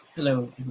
Hello